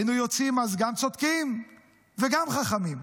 היינו יוצאים אז גם צודקים וגם חכמים.